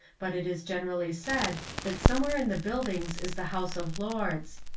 but it is generally said that somewhere in the building is the house of lords.